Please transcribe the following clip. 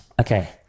Okay